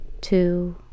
Two